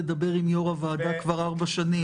לדבר עם יושב-ראש הוועדה כבר ארבע שנים,